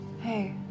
Hey